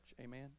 Amen